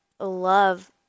love